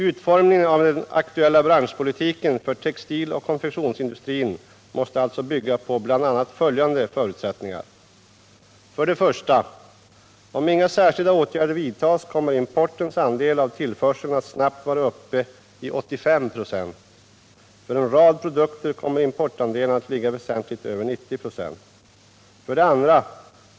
Utformningen av den aktuella branschpolitiken för textil-och konfektionsindustrin måste alltså bygga på bl.a. följande förutsättningar: 1. Om inga särskilda åtgärder vidtas kommer importens andel av tillförseln att snabbt vara uppe i 85. 96.För en rad produkter kommer importandelen att ligga väsentligt över 90 96. 2.